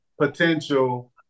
potential